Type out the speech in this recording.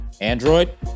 Android